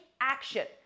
action